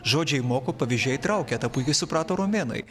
žodžiai moko pavyzdžiai traukia tą puikiai suprato romėnai